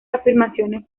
afirmaciones